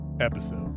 episode